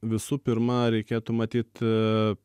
visų pirma reikėtų matyt